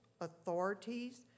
authorities